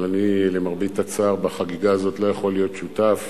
אבל אני למרבה הצער בחגיגה הזאת לא יכול להיות שותף,